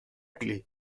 clef